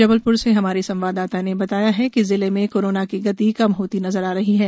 जबलप्र से हमारी संवाददाता ने बताया है कि जिले में कोरोना कि गति कम होती नजर आ रही है